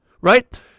right